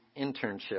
internship